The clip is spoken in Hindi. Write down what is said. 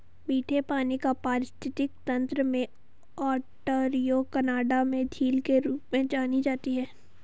मीठे पानी का पारिस्थितिकी तंत्र में ओंटारियो कनाडा में झील के रूप में जानी जाती है